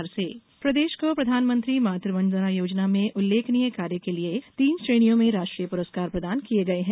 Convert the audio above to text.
मातृ वंदना पुरस्कार प्रदेश को प्रधानमंत्री मात वंदना योजना में उल्लेखनीय कार्य के लिये तीन श्रेणियों में राष्ट्रीय पुरस्कार प्रदान किये गये हैं